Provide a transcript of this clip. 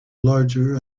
larger